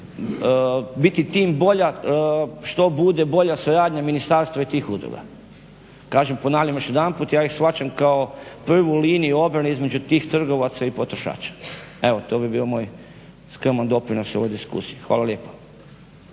biti bolja što bude bolja suradnja ministarstva i tih udruga. Kažem ponavljam još jedanput ja ih shvaćam kao prvu liniju obrane između tih trgovaca i potrošača. Evo to bi bio moj skroman doprinos ovoj diskusiji. Hvala lijepa.